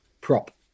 prop